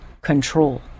control